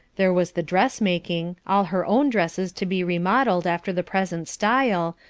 there was the dressmaking, all her own dresses to be remodelled after the present style,